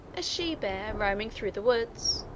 a she bear, roaming through the woods,